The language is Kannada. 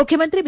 ಮುಖ್ಯಮಂತ್ರಿ ಬಿ